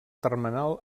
termenal